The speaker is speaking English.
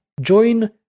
join